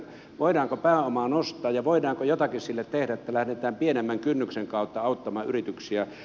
voidaanko pääomaa nostaa ja voidaanko jotakin sille tehdä että lähdetään pienemmän kynnyksen kautta auttamaan yrityksiä